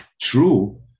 true